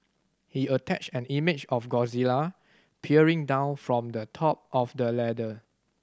he attached an image of Godzilla peering down from the top of the ladder